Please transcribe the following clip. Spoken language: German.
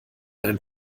einen